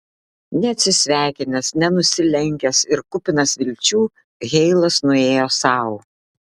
neatsisveikinęs nenusilenkęs ir kupinas vilčių heilas nuėjo sau